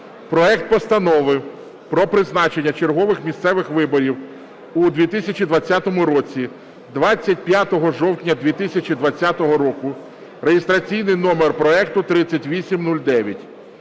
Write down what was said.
проект Постанови про призначення чергових місцевих виборів у 2020 році (25 жовтня 2020 року) (реєстраційний номер проекту 3809).